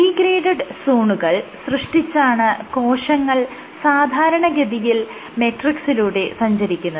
degraded സോണുകൾ സൃഷ്ടിച്ചാണ് കോശങ്ങൾ സാധാരണഗതിയിൽ മെട്രിക്സിലൂടെ സഞ്ചരിക്കുന്നത്